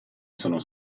sono